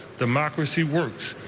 democracy works.